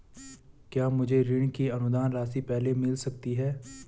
क्या मुझे ऋण की अनुदान राशि पहले मिल सकती है?